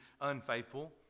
unfaithful